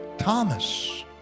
Thomas